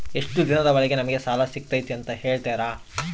ಎಷ್ಟು ದಿನದ ಒಳಗೆ ನಮಗೆ ಸಾಲ ಸಿಗ್ತೈತೆ ಅಂತ ಹೇಳ್ತೇರಾ?